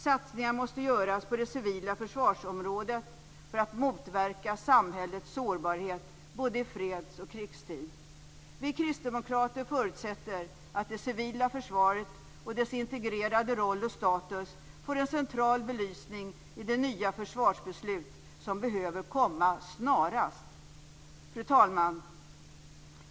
Satsningar måste göras på det civila försvarsområdet för att motverka samhällets sårbarhet både i freds och krigstid. Vi kristdemokrater förutsätter att det civila försvaret och dess integrerade roll och status får en central belysning i det nya försvarsbeslut som behöver komma snarast. Fru talman!